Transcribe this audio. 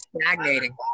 stagnating